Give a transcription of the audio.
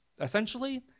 Essentially